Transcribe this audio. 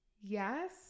Yes